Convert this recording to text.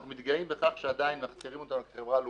אנחנו מתגאים בכך שעדיין מכתירים אותנו כחברה לאומית,